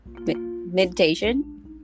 meditation